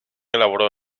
elaboró